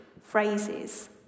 phrases